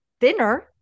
thinner